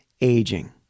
aging